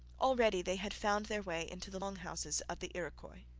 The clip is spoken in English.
already they had found their way into the long houses of the iroquois.